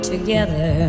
together